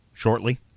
shortly